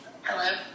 Hello